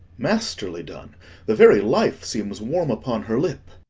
masterly done the very life seems warm upon her lip.